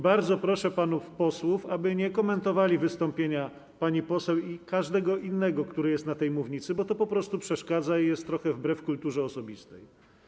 Bardzo proszę panów posłów, aby nie komentowali wystąpienia pani poseł i każdego innego posła, który jest na tej mównicy, bo to po prostu przeszkadza i jest trochę wbrew zasadom kultury osobistej.